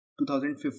2015